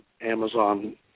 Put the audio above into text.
Amazon